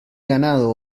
ganado